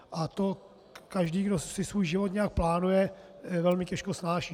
A to každý, kdo si svůj život nějak plánuje, velmi těžko snáší.